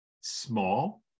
small